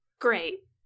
great